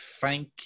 thank